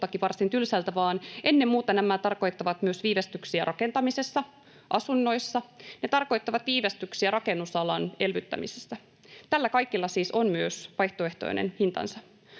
kuulostaakin varsin tylsältä, vaan ennen muuta nämä tarkoittavat myös viivästyksiä rakentamisessa, asunnoissa, ne tarkoittavat viivästyksiä rakennusalan elvyttämisessä. Tällä kaikella siis on myös vaihtoehtoinen hintansa